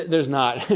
there is not.